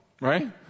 right